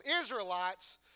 Israelites